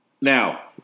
Now